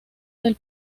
del